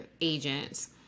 agents